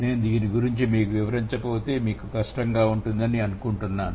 నేను దీని గురించి వివరించకపోతే మీకు కష్టమని నేను అనుకుంటున్నాను